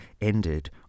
ended